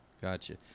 Gotcha